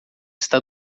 está